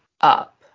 up